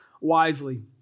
wisely